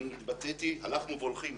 הלכנו והולכים.